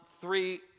three